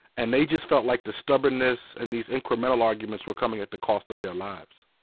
and they just felt like the stubbornness and these incremental arguments were coming at the cost of their lives.